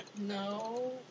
No